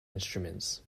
instruments